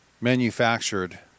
manufactured